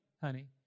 honey